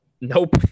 nope